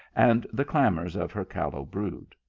and the clamours of her callow brood.